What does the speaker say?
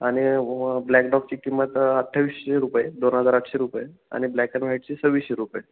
आणि ब्लॅकडॉची किंमत अठ्ठावीसशे रुपये दोन हजार आठशे रुपये आणि ब्लॅक अँड व्हाईटची सव्वीसशे रुपये